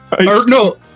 no